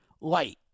light